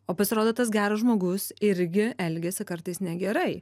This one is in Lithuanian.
o pasirodo tas geras žmogus irgi elgiasi kartais negerai